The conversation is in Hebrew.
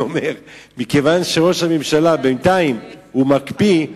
אני אומר שמכיוון שראש הממשלה בינתיים מקפיא,